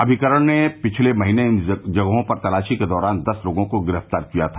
अमिकरण ने पिछले महीने इन जगहों पर तलाशी के दौरान दस लोगों को गिरफ्तार किया था